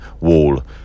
Wall